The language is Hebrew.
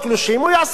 הוא יעשה את זה.